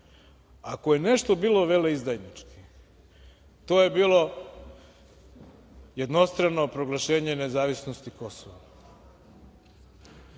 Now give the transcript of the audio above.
ako je nešto bilo veleizdajnički, to je bilo jednostrano proglašenje nezavisnosti Kosova.